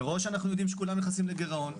מראש אנחנו יודעים שכולם נכנסים לגירעון.